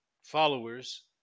followers